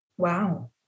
Wow